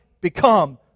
become